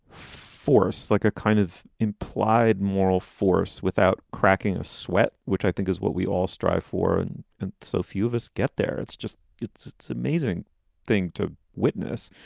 forests like a kind of implied moral force without cracking a sweat, which i think is what we all strive for. and and so few of us get there. it's just it's it's amazing thing to witness.